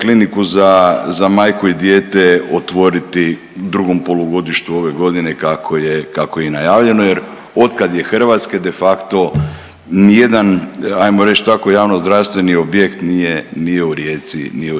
kliniku za majku i dijete otvoriti u drugom polugodištu ove godine kako je i najavljeno jer, otkad je Hrvatske nijedan, ajmo reći tako javnozdravstveni objekt nije u